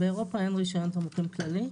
באירופה אין רישיון תמרוקים כללי,